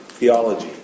theology